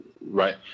Right